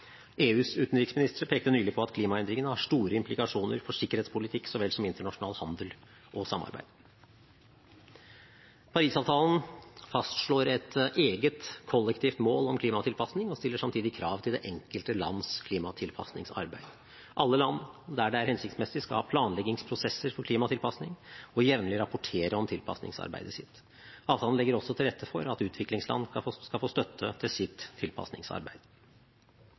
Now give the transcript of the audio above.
EUs utenriksministre pekte nylig på at klimaendringene har store implikasjoner for sikkerhetspolitikk så vel som internasjonal handel og samarbeid. Paris-avtalen fastslår et eget kollektivt mål om klimatilpasning og stiller samtidig krav til det enkelte lands klimatilpasningsarbeid. Alle land, der det er hensiktsmessig, skal ha planleggingsprosesser for klimatilpasning og jevnlig rapportere om tilpasningsarbeidet sitt. Avtalen legger også til rette for at utviklingsland skal få støtte til sitt tilpasningsarbeid.